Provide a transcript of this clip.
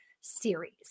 series